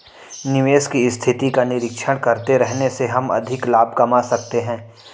निवेश की स्थिति का निरीक्षण करते रहने से हम अधिक लाभ कमा सकते हैं